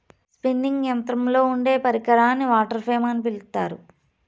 spinning యంత్రంలో ఉండే పరికరాన్ని వాటర్ ఫ్రేమ్ అని పిలుత్తారు